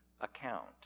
account